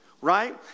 right